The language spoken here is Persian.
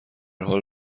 حال